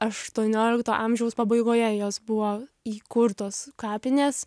aštuoniolikto amžiaus pabaigoje jos buvo įkurtos kapinės